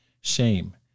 shame